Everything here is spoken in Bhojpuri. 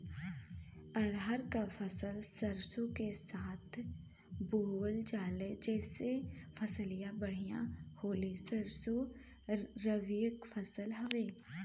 रहर क फसल सरसो के साथे बुवल जाले जैसे फसलिया बढ़िया होले सरसो रबीक फसल हवौ